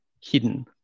hidden